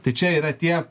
tai čia yra tie